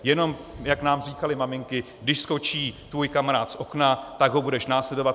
Jenom, jak nám říkaly maminky: Když skočí tvůj kamarád z okna, tak ho budeš následovat?